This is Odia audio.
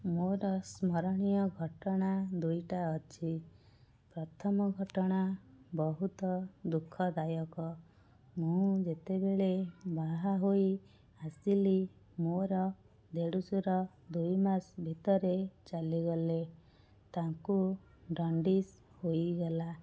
ମୋର ସ୍ମରଣୀୟ ଘଟଣା ଦୁଇଟା ଅଛି ପ୍ରଥମ ଘଟଣା ବହୁତ ଦୁଃଖଦାୟକ ମୁଁ ଯେତେବେଳେ ବାହା ହୋଇ ଆସିଲି ମୋର ଦେଢ଼ଶୂର ଦୁଇମାସ ଭିତରେ ଚାଲିଗଲେ ତାଙ୍କୁ ଜଣ୍ଡିସ୍ ହୋଇଗଲା